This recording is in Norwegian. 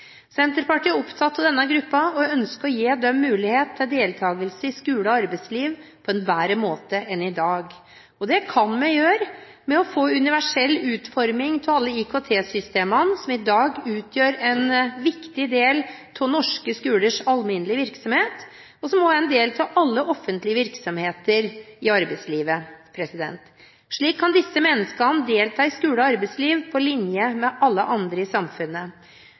Senterpartiet er opptatt av denne gruppen, og ønsker å gi dem mulighet til deltagelse i skole og arbeidsliv på en bedre måte enn i dag. Det kan vi gjøre ved å få universell utforming av alle IKT-systemene som i dag utgjør en viktig del av norske skolers alminnelige virksomhet, og som også er en del av alle offentlige virksomheter i arbeidslivet. Slik kan disse menneskene delta i skole og arbeidsliv på linje med alle andre i samfunnet.